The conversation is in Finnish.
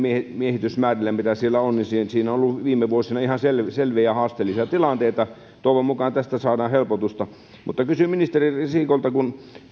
miehitysmäärillä mitä siellä on on ollut viime vuosina ihan selviä selviä haasteellisia tilanteita toivon mukaan tähän saadaan helpotusta mutta kysyn ministeri risikolta